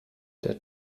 der